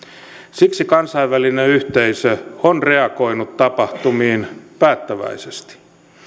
siksi kansainvälinen yhteisö on reagoinut tapahtumiin päättäväisesti